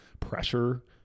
pressure